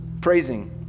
Praising